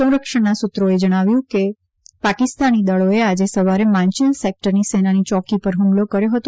સંરક્ષણના સૂત્રોએ જણાવ્યું કે પાકિસ્તાની દળોએ આજે સવારે માંચીલ સેક્ટરની સેનાની ચોકી ઉપર હુમલો કર્યો હતો